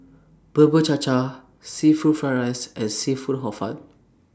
Bubur Cha Cha Seafood Fried Rice and Seafood Hor Fun